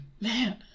man